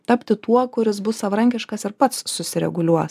tapti tuo kuris bus savarankiškas ir pats susireguliuos